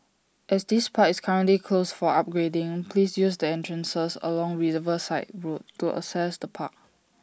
as this part is currently closed for upgrading please use the entrances along Riverside road to access the park